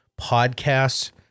podcasts